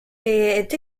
est